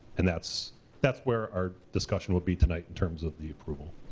and that's that's where our discussion would be tonight in terms of the approval.